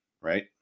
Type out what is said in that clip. right